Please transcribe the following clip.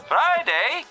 Friday